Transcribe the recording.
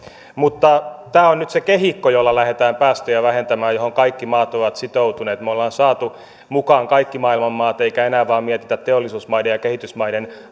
mutta tämä on nyt se kehikko jolla lähdetään päästöjä vähentämään ja johon kaikki maat ovat sitoutuneet me olemme saaneet mukaan kaikki maailman maat ei enää mietitä teollisuusmaiden ja kehitysmaiden